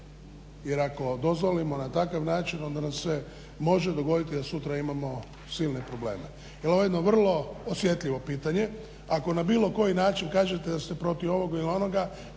Jer ako dozvolimo na takav način onda nam se može dogoditi da sutra imamo silna probleme, jer je ovo jedno vrlo osjetljivo pitanje, ako na bilo koji način kažete da ste protiv ovog ili onoga